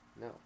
No